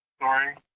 sorry